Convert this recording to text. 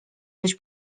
byś